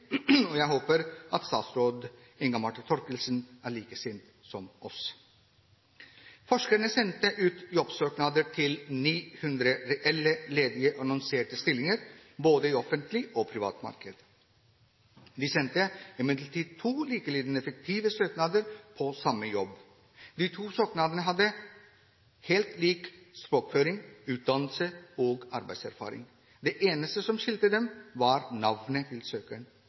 og jeg håper at statsråd Inga Marte Thorkildsen er like sint som oss. Forskerne sendte ut jobbsøknader til 900 reelle ledige annonserte stillinger, både i offentlig og privat sektor. De sendte imidlertid to likelydende, fiktive søknader på samme jobb. De to søknadene viste helt lik språkføring, utdannelse og arbeidserfaring. Det eneste som skilte dem, var navnet til søkeren.